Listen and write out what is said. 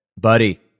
Buddy